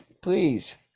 Please